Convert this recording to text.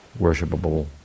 worshipable